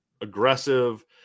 Aggressive